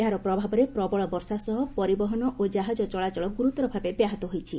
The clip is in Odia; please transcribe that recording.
ଏହାର ପ୍ରଭାବରେ ପ୍ରବଳ ବର୍ଷା ସହ ପରିବହନ ଓ କାହାଜ ଚଳାଚଳ ଗୁରୁତର ଭାବେ ବ୍ୟାହତ ହୋଇଛି